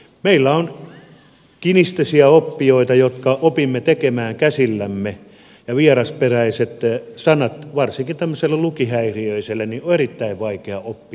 meillä on meitä kinestesiaoppijoita jotka opimme tekemään käsillämme ja kieltä ja vierasperäisiä sanoja on varsinkin tämmöisen lukihäiriöisen erittäin vaikea oppia